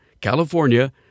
California